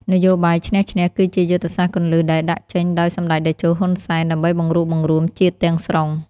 នយោបាយឈ្នះ-ឈ្នះ គឺជាយុទ្ធសាស្ត្រគន្លឹះដែលដាក់ចេញដោយសម្តេចតេជោ ហ៊ុន សែន ដើម្បីបង្រួបបង្រួមជាតិទាំងស្រុង។